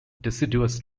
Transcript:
deciduous